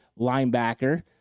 linebacker